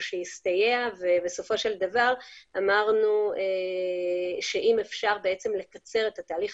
שהסתייע ובסופו של דבר אמרנו שאם אפשר לקצר את התהליך